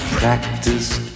practice